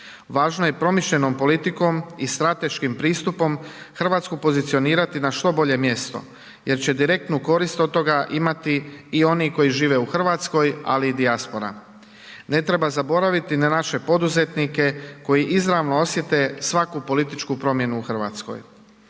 Važno je promišljenom politikom i strateškim pristupom Hrvatsku pozicionirati na što bolje mjesto jer će direktnu korist od toga imati i oni koji žive u Hrvatskoj, ali i dijaspora. Ne treba zaboraviti na naše poduzetnike koji izravno osjete svaku političku promjenu u Hrvatskoj.